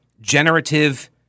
generative